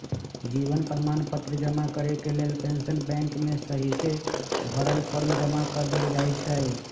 जीवन प्रमाण पत्र जमा करेके लेल पेंशन बैंक में सहिसे भरल फॉर्म जमा कऽ देल जाइ छइ